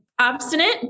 obstinate